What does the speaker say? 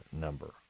number